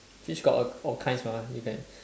fish got all all kinds mah you can